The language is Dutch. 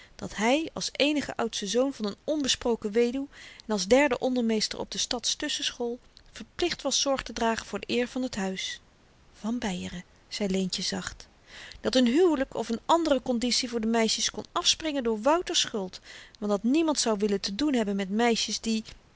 dat hy als eenige oudste zoon van n onbesproken weduw en als derde ondermeester op de stads tusschenschool verplicht was zorg te dragen voor de eer van t huis van beieren zei leentje zacht dat n huwelyk of n andere konditie voor de meisjes kon afspringen door wouter's schuld want dat niemand zou willen tedoen hebben met meisjes die